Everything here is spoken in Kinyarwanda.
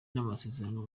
n’amasezerano